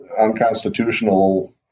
unconstitutional